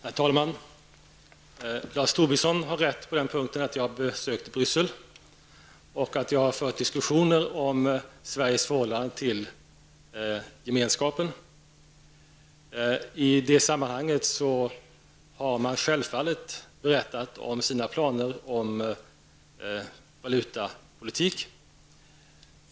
Herr talman! Lars Tobisson har rätt så till vida att jag har besökt Bryssel och att jag har fört diskussioner om Sveriges förhållande till Gemenskapen. I det sammanhanget har man självfallet berättat om sina planer vad gäller valutapolitik.